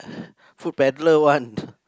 food peddler one